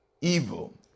evil